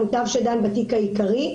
המותב שדן בתיק העיקרי,